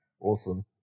Awesome